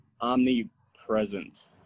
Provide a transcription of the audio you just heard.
Omnipresent